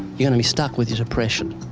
you're going to be stuck with your depression.